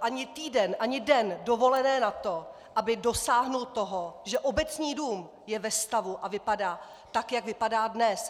ani týden, ani den dovolené na to, aby dosáhl toho, že Obecní dům je ve stavu a vypadá tak, jak vypadá dnes!